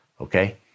Okay